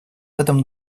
этом